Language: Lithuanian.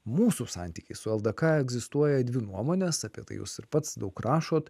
mūsų santykį su ldk egzistuoja dvi nuomonės apie tai jūs ir pats daug rašot